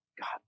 God